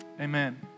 Amen